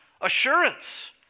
assurance